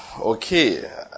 Okay